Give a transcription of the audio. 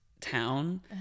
town